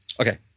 Okay